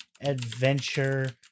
Adventure